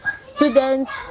students